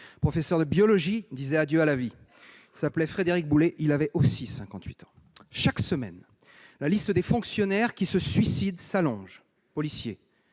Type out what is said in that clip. professeur de biologie disait adieu à la vie. Il s'appelait Frédéric Boulé. Il avait, lui aussi, cinquante-huit ans. Chaque semaine, la liste des fonctionnaires qui se suicident s'allonge : policiers,